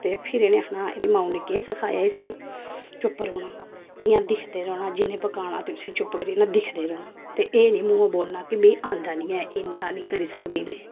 ते फिर इनें आखना इदी माऊ ने केह् सखाया इसी चुप्प रौह्ना इयां दिक्खदे रौह्ना जिन्ने पकाना ते उसी चुप्प करियै दिक्खदे रौह्ना ते एह् नी मुहां बोलना कि मिगी आंदा नी ऐ इयां नी करी सकदी मीं